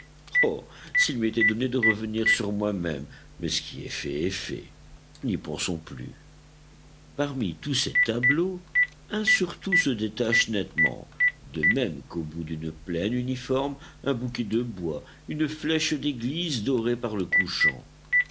s'il m'était donné de revenir sur moi-même mais ce qui est fait est fait n'y pensons plus parmi tous ces tableaux un surtout se détache nettement de même qu'au bout d'une plaine uniforme un bouquet de bois une flèche d'église dorée par le couchant